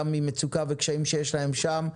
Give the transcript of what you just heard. אלא גם ממצוקה וקשיים שיש להם שם.